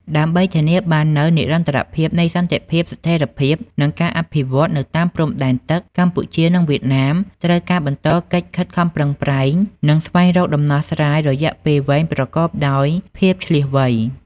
ដើម្បីធានាបាននូវនិរន្តរភាពនៃសន្តិភាព ស្ថិរភាព និងការអភិវឌ្ឍន៍នៅតាមព្រំដែនទឹក កម្ពុជា និងវៀតណាម ត្រូវការបន្តកិច្ចខិតខំប្រឹងប្រែង និងស្វែងរកដំណោះស្រាយរយៈពេលវែងប្រកបដោយភាពឈ្លាសវៃ។